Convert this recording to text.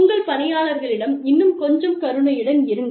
உங்கள் பணியாளர்களிடம் இன்னும் கொஞ்சம் கருணையுடன் இருங்கள்